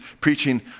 preaching